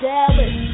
Dallas